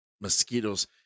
mosquitoes